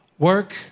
Work